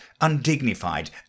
undignified